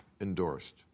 endorsed